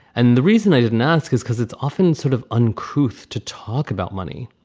and the reason i didn't ask is because it's often sort of uncouth to talk about money.